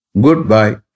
goodbye